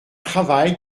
travail